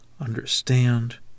understand